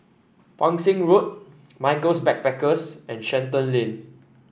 Pang Seng Road Michaels Backpackers and Shenton Lane